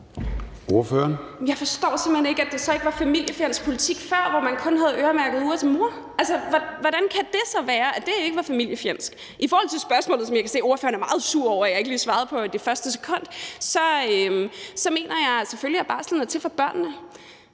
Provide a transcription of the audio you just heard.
Jeg forstår simpelt hen ikke, at det så ikke var familiefjendsk politik før, hvor man kun havde øremærkede uger til mor. Altså, hvordan kan det så være, at det ikke var familiefjendsk? I forhold til spørgsmålet, som jeg kan se at ordføreren er meget sur over at jeg ikke lige svarede på det første sekund, mener jeg selvfølgelig, at barslen er til for børnene